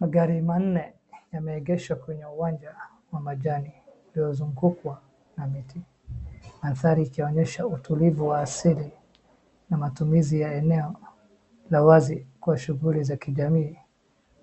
Magari manne yameegeshwa kwenye uwanja wa majani uliozungukwa na miti. Mandhari ikionyesha utulivu wa asili na matumizi ya eneola wazi kwa shughuli za kijamii